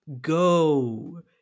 go